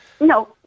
No